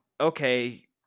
okay